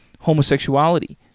homosexuality